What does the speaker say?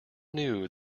knew